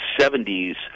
70s